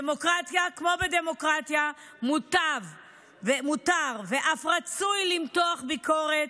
בדמוקרטיה כמו בדמוקרטיה מותר ואף רצוי למתוח ביקורת